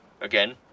again